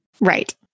Right